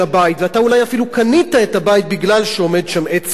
ואתה אולי אפילו קנית את הבית בגלל שעומד שם עץ כזה,